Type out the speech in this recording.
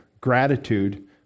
gratitude